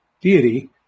deity